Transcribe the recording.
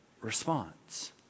response